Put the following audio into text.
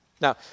Now